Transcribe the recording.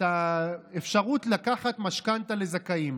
את האפשרות לקחת משכנתה לזכאים